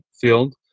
field